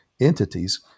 entities